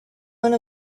one